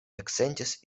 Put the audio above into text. eksentis